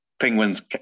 Penguins